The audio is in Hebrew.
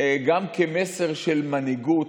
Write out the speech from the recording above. גם כמסר של מנהיגות,